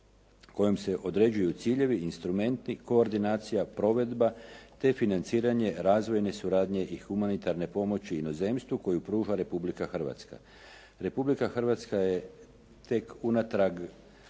kojom se određuju ciljevi, instrumenti, koordinacija, provedba te financiranje razvojne suradnje i humanitarne pomoći inozemstvu koju pruža Republika Hrvatska. Republika Hrvatska je tek unatrag